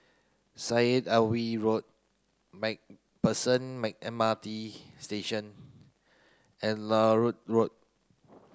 Syed Alwi Road MacPherson M R T Station and Larut Road